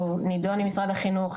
הוא נידון עם משרד החינוך,